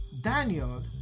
Daniel